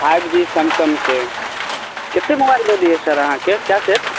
five G सैमसंगके केतेक mobile दऽ दिअ सर अहाँके कै सेट